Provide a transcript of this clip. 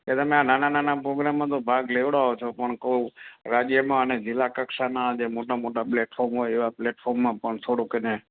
કે તમે આ નાના નાના પ્રોગ્રમમાં તો ભાગ લેવડાવો છો પણ કહું રાજ્યમાં અને જિલ્લા કક્ષાનાં જે મોટાં મોટાં પ્લેટફોમ હોય એવાં પ્લેટફોર્મમાં પણ થોડુંક એને